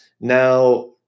Now